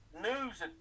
news